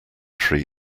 tree